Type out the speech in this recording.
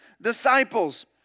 disciples